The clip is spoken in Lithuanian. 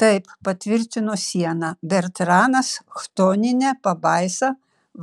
taip patvirtino siena bertranas chtonine pabaisa